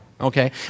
okay